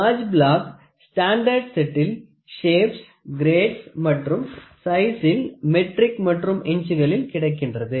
gauge block standard செட்டில் shapes grades மற்றும் சைசில் மெட்ரிக் மற்றும் இஞ்சுகளில் கிடைக்கின்றது